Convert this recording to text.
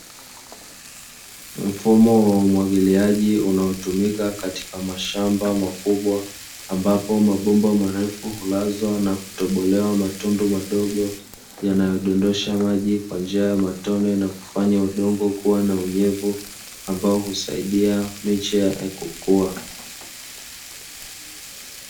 Mfumo wa umwagiliaji unao tumika katika mashamba makubwa ambapo mabomba marefu hulazwa na kutobolewa matundu madogo yanayo dondosha maji kwa njia ya matone na kufanya udongo kua na unyevu ambao husaidia miche kukua